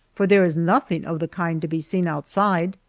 for there is nothing of the kind to be seen outside.